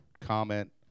comment